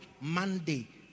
Monday